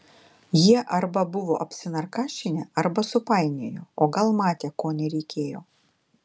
jie arba buvo apsinarkašinę arba supainiojo o gal matė ko nereikėjo